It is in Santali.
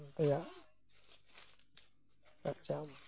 ᱪᱟᱨᱪᱟᱣ